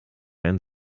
einen